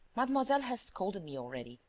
mademoiselle has scolded me already.